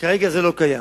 כרגע זה לא קיים.